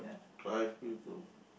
drive you to